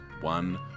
one